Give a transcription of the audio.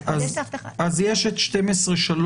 יש את 12(3)